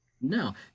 no